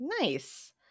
Nice